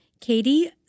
katie